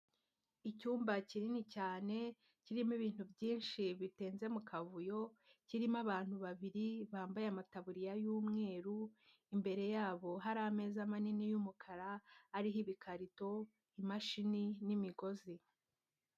Icyumba kinini cyane, kirimo ibintu byinshi bitenze mu kavuyo, kirimo abantu babiri bambaye amataburiya y'umweru, imbere yabo hari ameza manini y'umukara, ariho ibikarito, imashini n'imigozi.